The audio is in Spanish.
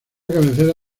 cabecera